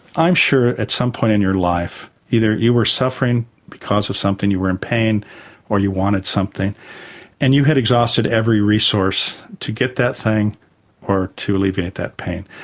i'm sure at some point in your life either you were suffering because of something, you were in pain or you wanted something and you had exhausted every resource to get that thing or to alleviate that pain.